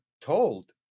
told